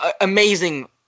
amazing